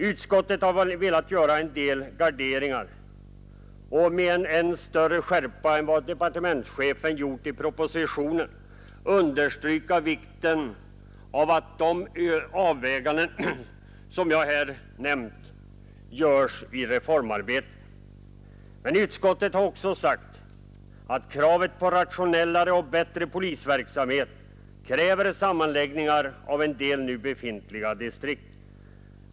Utskottet har velat göra en del garderingar och med än större skärpa än departementschefen gjort i propositionen understryka vikten av att de avväganden jag här nämnt görs i reformarbetet. Men utskottet har också sagt att kravet på rationellare och bättre polisverksamhet kräver sammanläggningar av en del nu befintliga distrikt.